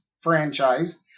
franchise